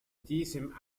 diesem